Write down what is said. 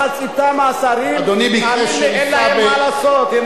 מחצית מהשרים אין להם מה לעשות.